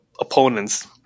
opponents